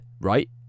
right